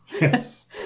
Yes